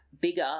bigger